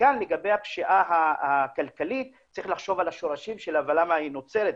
וכאן לגבי הפשיעה הכלכלית צריך לחשוב על השורשים שלה ולמה היא נוצרת.